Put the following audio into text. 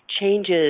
changes